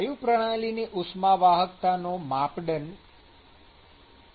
વાયુ પ્રણાલીની ઉષ્મા વાહકતાનો માપદંડ 0